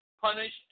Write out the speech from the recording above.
punish